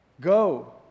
Go